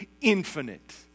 infinite